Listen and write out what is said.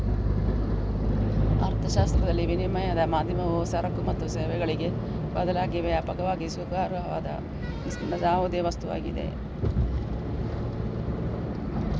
ಅರ್ಥಶಾಸ್ತ್ರದಲ್ಲಿ, ವಿನಿಮಯದ ಮಾಧ್ಯಮವು ಸರಕು ಮತ್ತು ಸೇವೆಗಳಿಗೆ ಬದಲಾಗಿ ವ್ಯಾಪಕವಾಗಿ ಸ್ವೀಕಾರಾರ್ಹವಾದ ಯಾವುದೇ ವಸ್ತುವಾಗಿದೆ